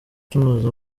tunoza